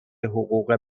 حقوق